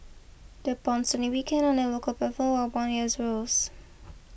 the Pound sterling weakened on the local platform while bond yields rose